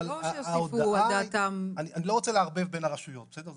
אבל אני לא רוצה לערבב בין הרשויות, בסדר?